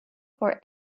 for